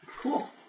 Cool